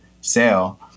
sale